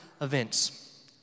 events